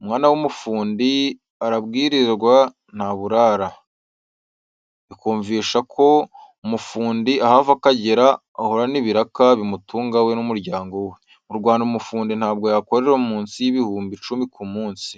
''Umwana w'umufundi arabwirirwa ntaburara.'' Bikumvisha ko umufundi aho ava akagera ahorana ibiraka bimutunga we n'umuryango we. Mu Rwanda umufundi ntabwo yakorera munsi y'ibihumbi icumi ku munsi.